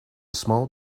small